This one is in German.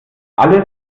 alles